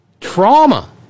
trauma